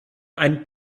einen